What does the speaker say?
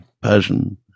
Persian